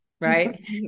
Right